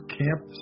camp